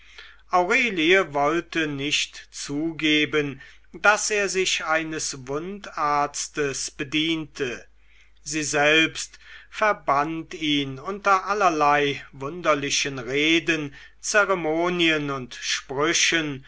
aurelie wollte nicht zugeben daß er sich eines wundarztes bediente sie selbst verband ihn unter allerlei wunderlichen reden zeremonien und sprüchen